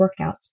workouts